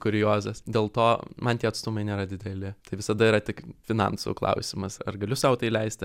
kuriozas dėl to man tie atstumai nėra dideli tai visada yra tik finansų klausimas ar galiu sau tai leisti